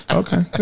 okay